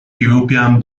european